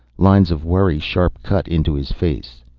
lines of worry sharp-cut into his face.